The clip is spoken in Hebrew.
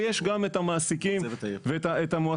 ויש גם את המעסיקים ואת המועסקים,